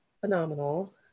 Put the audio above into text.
phenomenal